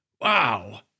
Wow